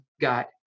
got